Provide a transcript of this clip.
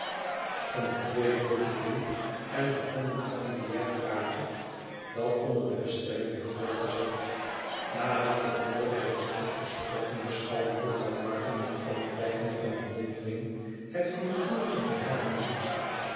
van de tweede verdieping en begon een familiaar praatje dat onder de bestelling werd voortgezet nadat het noodige was afgesproken beschouwde jufvrouw martin met alle blijken van bewondering het figuurtje van hare bezoekster